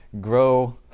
grow